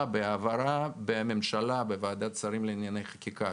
בהעברה בממשלה בוועדת שרים לענייני חקיקה,